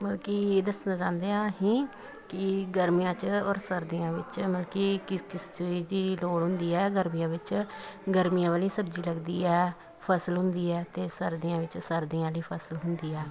ਮਤਲਬ ਕਿ ਇਹ ਦੱਸਣਾ ਚਾਹੁੰਦੇ ਹਾਂ ਅਸੀਂ ਕਿ ਗਰਮੀਆਂ 'ਚ ਔਰ ਸਰਦੀਆਂ ਵਿੱਚ ਮਲਕੀ ਕਿਸੇ ਕਿਸ ਦੀ ਲੋੜ ਹੁੰਦੀ ਹੈ ਗਰਮੀਆਂ ਵਿੱਚ ਗਰਮੀਆਂ ਵਾਲੀ ਸਬਜ਼ੀ ਲੱਗਦੀ ਆ ਫ਼ਸਲ ਹੁੰਦੀ ਹੈ ਅਤੇ ਸਰਦੀਆਂ ਵਿੱਚ ਸਰਦੀਆਂ ਦੀ ਫ਼ਸਲ ਹੁੰਦੀ ਆ